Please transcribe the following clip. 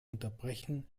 unterbrechen